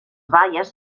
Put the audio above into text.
baies